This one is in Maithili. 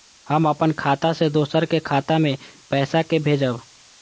हम अपन खाता से दोसर के खाता मे पैसा के भेजब?